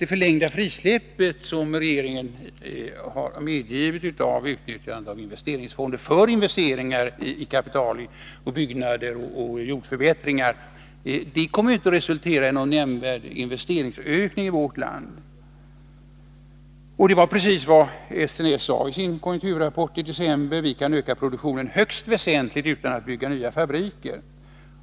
Det förlängda frisläpp som regeringen har medgivit när det gäller utnyttjande av investeringsfonden för investeringar i byggnader, markanläggningar och inventarier kommer inte att resultera i någon nämnvärd investeringsökning i vårt land. Det var precis vad SNS sade i sin konjunkturrapport i december. Vi kan öka produktionen högst väsentligt utan att bygga nya fabriker.